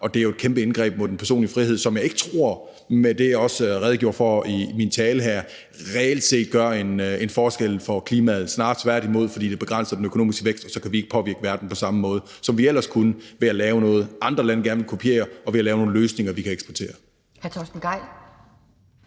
Og det er jo et kæmpe indgreb mod den personlige frihed, som jeg med det, jeg også redegjorde for i min tale her, ikke tror reelt set gør en forskel for klimaet – snarere tværtimod, fordi det begrænser den økonomiske vækst, og så kan vi ikke påvirke verden på samme måde, som vi ellers kunne ved at lave noget, andre lande gerne vil kopiere, og ved at lave nogle løsninger, vi kan eksportere.